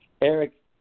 Eric